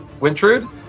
Wintrude